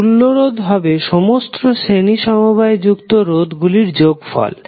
তুল্য রোধ হবে সমস্ত শ্রেণী সমবায়ে যুক্ত রোধ গুলির যোগফল